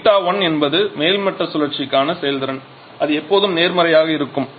η1 என்பது மேல்மட்டசுழற்சிக்கான செயல்திறன் அது எப்போதும் நேர்மறையாக இருக்கும்